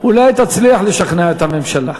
אולי תצליח לשכנע את הממשלה.